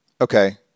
Okay